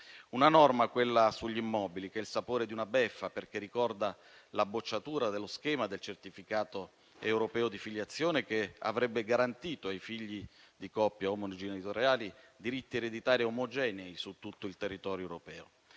una norma - quella sugli immobili - che ha il sapore di una beffa, perché ricorda la bocciatura dello schema del certificato europeo di filiazione, che avrebbe garantito ai figli di coppie omogenitoriali diritti ereditari omogenei su tutto il territorio europeo.